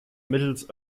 mittels